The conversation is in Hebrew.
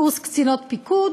קורס קצינות פיקוד,